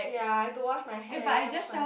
ya I have to wash my hair wash my